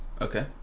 Okay